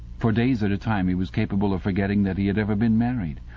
for days at a time he was capable of forgetting that he had ever been married.